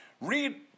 read